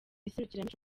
iserukiramuco